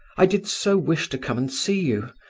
i did so wish to come and see you.